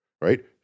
right